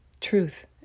truth